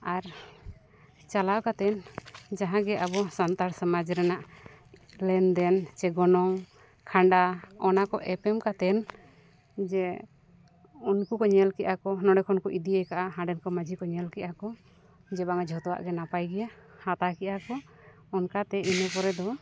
ᱟᱨ ᱪᱟᱞᱟᱣ ᱠᱟᱛᱮᱫ ᱡᱟᱦᱟᱸᱜᱮ ᱟᱵᱚ ᱥᱟᱱᱛᱟᱲ ᱥᱚᱢᱟᱡᱽ ᱨᱮᱱᱟᱜ ᱞᱮᱱᱫᱮᱱ ᱥᱮ ᱜᱚᱱᱚᱝ ᱠᱷᱟᱸᱰᱟ ᱚᱱᱟ ᱠᱚ ᱮᱯᱮᱢ ᱠᱟᱛᱮᱫ ᱡᱮ ᱩᱱᱠᱩ ᱠᱚ ᱧᱮᱞ ᱠᱮᱫᱟ ᱠᱚ ᱱᱚᱸᱰᱮ ᱠᱷᱚᱱ ᱠᱚ ᱤᱫᱤ ᱟᱠᱟᱫᱟ ᱦᱟᱸᱰᱮᱱ ᱠᱚ ᱢᱟᱺᱡᱷᱤ ᱧᱮᱞ ᱠᱮᱫᱟ ᱠᱚ ᱡᱮ ᱵᱟᱝᱼᱟ ᱡᱷᱚᱛᱚᱣᱟᱜ ᱜᱮ ᱱᱟᱯᱟᱭ ᱜᱮᱭᱟ ᱦᱟᱛᱟᱣ ᱠᱮᱫᱟ ᱚᱱᱠᱟᱛᱮ ᱤᱱᱟᱹ ᱯᱚᱨᱮ ᱫᱚ